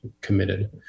committed